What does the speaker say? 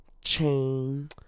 Chain